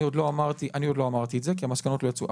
אני עוד לא אמרתי את זה, כי המסקנות לא יצאו.